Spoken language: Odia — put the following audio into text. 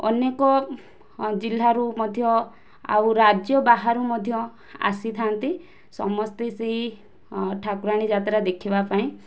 ଅନେକ ଜିଲ୍ଲାରୁ ମଧ୍ୟ ଆଉ ରାଜ୍ୟ ବାହାରୁ ମଧ୍ୟ ଆସିଥାନ୍ତି ସମସ୍ତେ ସେଇ ଠାକୁରାଣୀ ଯାତ୍ରା ଦେଖିବାପାଇଁ